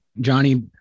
Johnny